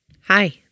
hi